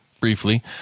briefly